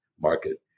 market